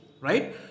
right